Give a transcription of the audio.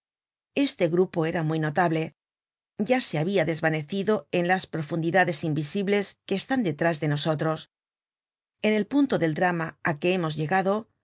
este grupo era muy notable ya se ha desvanecido en las profundidades invisibles que están detrás de nosotros en el punto del drama á que hemos llegado